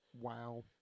Wow